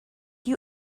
you